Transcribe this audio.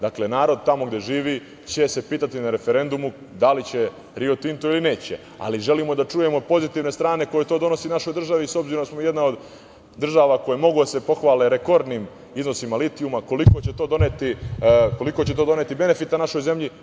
Dakle, narod tamo gde živi će se pitati na referendumu da li će "Rio Tinto" ili neće, ali želimo da čujemo i pozitivne stvari koje bi to donelo našoj državi, s obzirom da smo jedna od država koja može da se pohvali rekordnim iznosima litijuma, da vidimo koliko će to doneti benefita našoj zemlji.